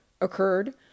occurred